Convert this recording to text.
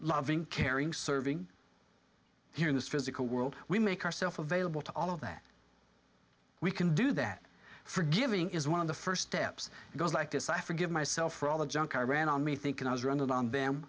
loving caring serving here in this physical world we make ourselves available to all of that we can do that forgiving is one of the first steps goes like this i forgive myself for all the junk i ran on me thinking i was rendered on them